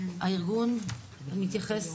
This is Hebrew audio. הארגון מתייחס,